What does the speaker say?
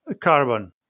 carbon